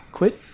Quit